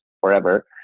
forever